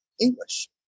English